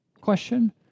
question